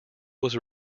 was